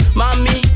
mommy